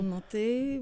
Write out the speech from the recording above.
nu tai